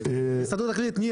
בעניין.